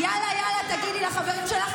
"יאללה יאללה" תגידי לחברים שלך.